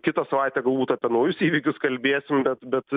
kitą savaitę galbūt apie naujus įvykius kalbėsim bet bet